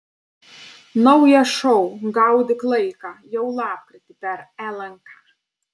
naujas šou gaudyk laiką jau lapkritį per lnk